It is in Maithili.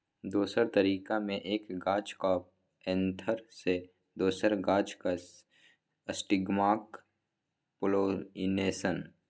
दोसर तरीका मे एक गाछक एन्थर सँ दोसर गाछक स्टिगमाक पोलाइनेशन